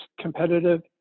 competitive